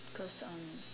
croissant